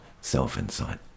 self-insight